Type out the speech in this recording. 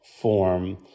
form